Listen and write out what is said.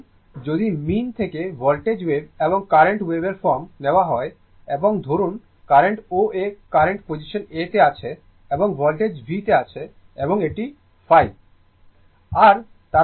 এখন যদি মিন থেকে ভোল্টেজ ওয়েভ এবং কারেন্ট ওয়েভফর্ম নেওয়া হয় এবং ধরুন current O A current position A তে আছে এবং ভোল্টেজ V তে আছে এবং এটি φ